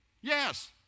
Yes